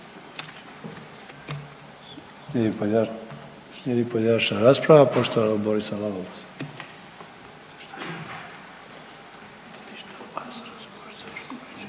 Slijedi pojedinačna rasprava poštovanog Borisa Lalovca.